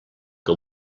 que